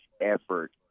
effort